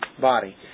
body